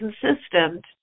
consistent